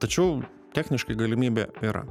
tačiau techniškai galimybė yra